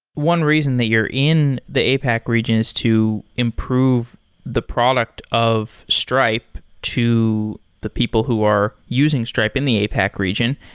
one reason that you're in the apac region is to improve the product of stripe to the people who are using stripe in the apac region.